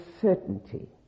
certainty